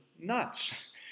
nuts